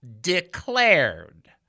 declared